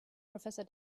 professor